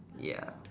ya